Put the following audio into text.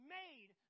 made